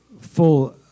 full